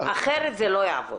אחרת זה לא יעבוד.